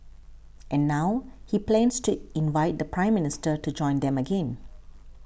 and now he plans to invite the Prime Minister to join them again